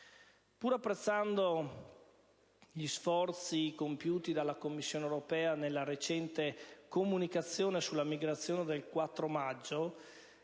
Pur apprezzando gli sforzi compiuti dalla Commissione europea nella recente comunicazione sulla migrazione del 4 maggio,